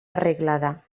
arreglada